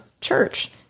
church